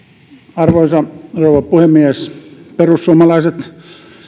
arvoisa rouva puhemies perussuomalaiset